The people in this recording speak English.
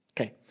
Okay